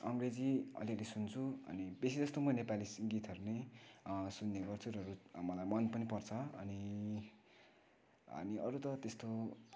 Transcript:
अङ्ग्रेजी अलिअलि सुन्छु अनि बेसी जस्तो म नेपाली गीतहरू नै सुन्ने गर्छु र मलाई मन पनि पर्छ अनि अनि अरू त त्यस्तो